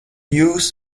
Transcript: jūs